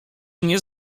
nie